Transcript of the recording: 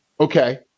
Okay